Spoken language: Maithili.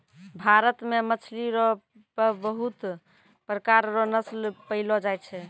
भारत मे मछली रो पबहुत प्रकार रो नस्ल पैयलो जाय छै